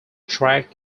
track